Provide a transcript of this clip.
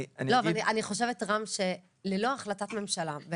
אני חושבת רם שללא החלטת ממשלה בתחום הזה,